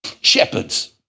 Shepherds